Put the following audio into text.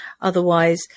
otherwise